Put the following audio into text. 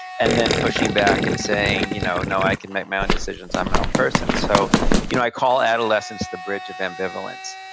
and then pushing back and saying, you know no, i can make my own decisions. i'm my own person. so you know i call adolescence the bridge of ambivalence,